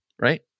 right